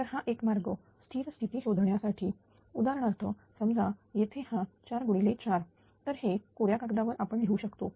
तर हा एक मार्ग स्थिर स्थिती शोधण्यासाठी उदाहरणार्थ समजा येथे हा 4 गुणिले 4 तर हे कोऱ्या कागदावर आपण करू शकतो